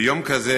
ביום כזה